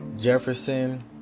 Jefferson